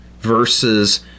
versus